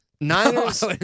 Niners